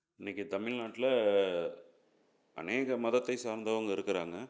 இன்னைக்கு தமிழ்நாட்ல அநேக மதத்தை சார்ந்தவங்க இருக்கிறாங்க